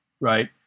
right